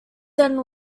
then